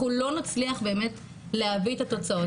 אנחנו לא נצליח באמת להביא את התוצאות,